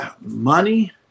Money